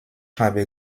habe